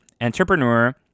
Entrepreneur